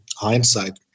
hindsight